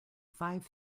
five